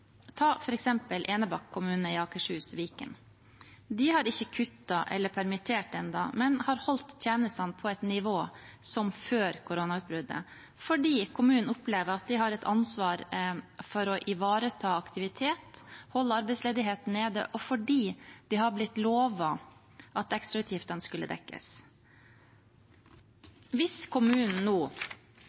Ta f.eks. Enebakk kommune i Akershus/Viken. De har ikke kuttet eller permittert ennå, men har holdt tjenestene på et nivå som før koronautbruddet fordi kommunen opplever at de har et ansvar for å ivareta aktivitet og holde arbeidsledigheten nede, og fordi de har blitt lovet at ekstrautgiftene skulle dekkes. Hvis kommunen nå